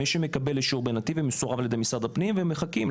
מי שמקבל אישור בנתיב ומסורב על-ידי משרד הפנים והם מחכים.